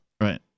Right